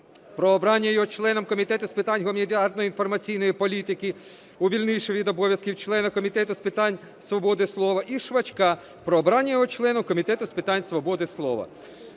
про обрання його членом Комітету з питань гуманітарної та інформаційної політики, увільнивши від обов'язків члена Комітету питань свободи слова, і Швачка – про обрання його членом Комітету з питань свободи слова.